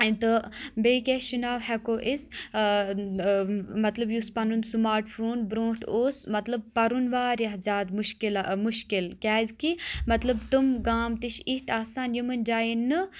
تہٕ بیٚیہِ کیٛاہ چھِ ناو ہؠکو أسۍ مَطلَب یُس پَنُن سُماٹ فون بَرونٛٹھ اوس مَطلَب پَرُن واریاہ زِیادٕ مُشکِل مُشکِل کِیازِ کہِ مَطلَب تم گام تہِ چھِ اِتھۍ آسان یِمَن جایَن نہٕ